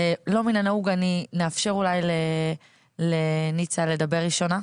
אבל אולי שלא מן הנהוג נאפשר לניצה לדבר ראשונה,